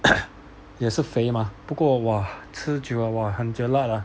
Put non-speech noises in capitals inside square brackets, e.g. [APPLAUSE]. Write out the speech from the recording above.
[COUGHS] 也是肥吗不过 !wah! 吃久了 !wah! 很 jiatlat lah